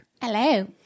Hello